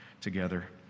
together